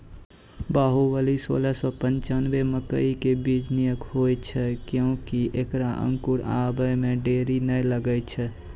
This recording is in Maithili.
बाहुबली सोलह सौ पिच्छान्यबे मकई के बीज निक होई छै किये की ऐकरा अंकुर आबै मे देरी नैय लागै छै?